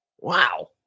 Wow